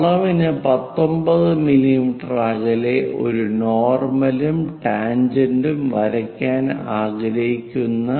വളവിന് 19 millimetre അകലെ ഒരു നോർമലും ടാൻജെന്റ് ഉം വരയ്ക്കാൻ ആഗ്രഹിക്കുന്ന